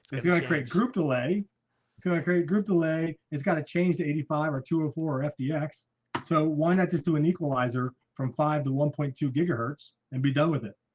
if you like group delay to a great group delay, it's got to change to eighty five or two or four fdx so why not just do an equaliser from five to one point two gigahertz and be done with it,